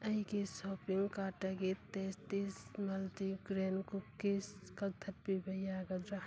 ꯑꯩꯒꯤ ꯁꯣꯞꯄꯤꯡ ꯀꯥꯔꯗꯇꯒꯤ tasties multigrain cookies ꯀꯛꯊꯠꯄꯤꯕ ꯌꯥꯒꯗ꯭ꯔꯥ